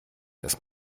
das